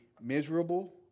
miserable